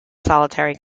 solitary